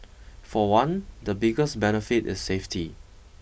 for one the biggest benefit is safety